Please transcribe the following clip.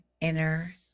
inner